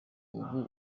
ubu